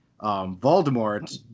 Voldemort